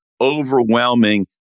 overwhelming